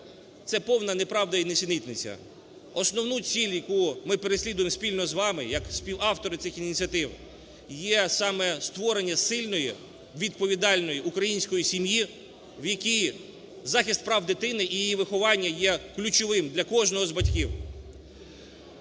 Це повна неправда і нісенітниця. Основну ціль, яку ми переслідуємо спільно з вами як співавтори цих ініціатив є саме створення сильної відповідальної української сім'ї, в якій захист прав дитини і її виховання є ключовим для кожного з батьків.